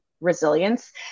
resilience